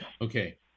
Okay